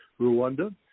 Rwanda